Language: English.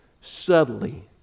Subtly